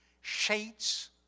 shades